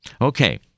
Okay